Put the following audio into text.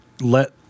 let